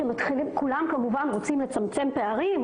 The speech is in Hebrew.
כשכולם רוצים לצמצם פערים,